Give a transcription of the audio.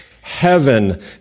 Heaven